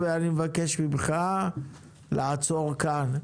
אני מבקש ממך לעצור כאן.